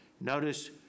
Notice